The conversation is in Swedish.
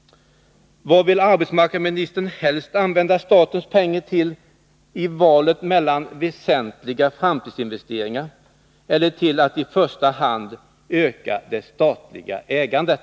Vill arbetsmarknadsministern helst använda statens pengar till väsentliga framtidsinvesteringar eller till att i första hand öka det statliga ägandet?